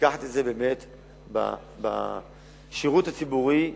לקחת את זה כשירות הציבורי הראוי.